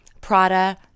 Prada